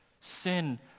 Sin